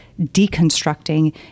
deconstructing